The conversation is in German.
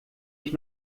ich